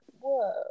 whoa